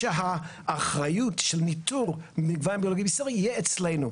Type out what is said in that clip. שהאחריות של ניתור מגוון ביולוגי בישראל יהיה אצלנו'.